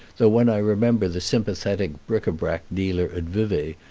though when i remember the sympathetic bric-a-brac dealer at vevay,